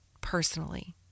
personally